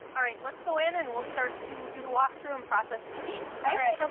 alright, let's go in and we'll start to do the walk-through and process the scene, okay? alright.